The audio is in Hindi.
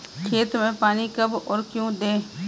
खेत में पानी कब और क्यों दें?